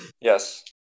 Yes